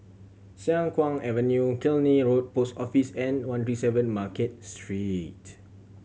Siang Kuang Avenue Killiney Road Post Office and one three seven Market Street